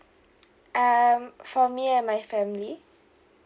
um for me and my family